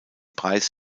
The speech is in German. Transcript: preis